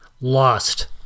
Lost